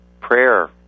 prayer